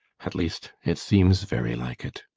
at least, it seems very like it.